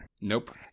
nope